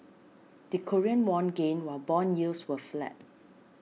the Korean won gained while bond yields were flat